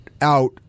out